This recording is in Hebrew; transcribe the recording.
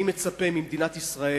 אני מצפה ממדינת ישראל